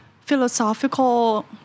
philosophical